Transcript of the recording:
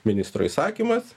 ministro įsakymas